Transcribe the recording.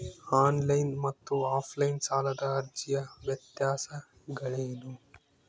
On line ಮತ್ತು offline ಸಾಲದ ಅರ್ಜಿಯ ವ್ಯತ್ಯಾಸಗಳೇನು?